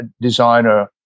designer